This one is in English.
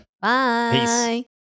bye